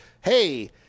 hey